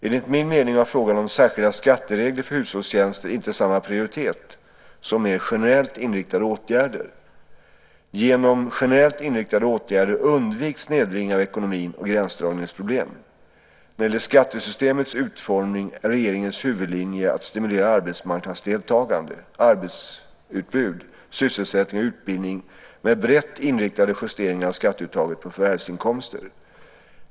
Enligt min mening har frågan om särskilda skatteregler för hushållstjänster inte samma prioritet som mer generellt inriktade åtgärder. Genom generellt inriktade åtgärder undviks snedvridningar av ekonomin och gränsdragningsproblem. När det gäller skattesystemets utformning är regeringens huvudlinje att stimulera arbetsmarknadsdeltagande, arbetsutbud, sysselsättning och utbildning med brett inriktade justeringar av skatteuttaget på förvärvsinkomster.